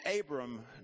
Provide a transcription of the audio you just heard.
Abram